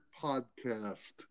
podcast